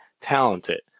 talented